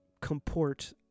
comport